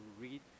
read